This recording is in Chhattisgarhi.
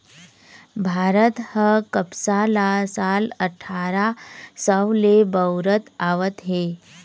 भारत ह कपसा ल साल अठारा सव ले बउरत आवत हे